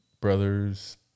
brother's